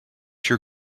your